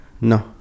No